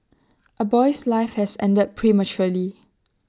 A boy's life has ended prematurely